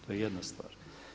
To je jedna stvar.